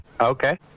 Okay